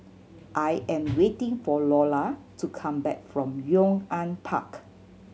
I am waiting for Lola to come back from Yong An Park